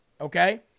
okay